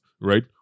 right